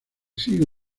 sigue